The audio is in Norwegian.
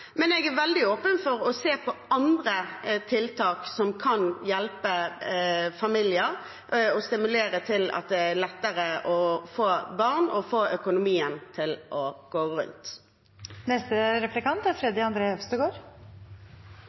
men jeg er veldig åpen for å se på andre tiltak som kan hjelpe familier og stimulere til at det er lettere å få barn og få økonomien til å gå rundt. Fremskrittspartiet er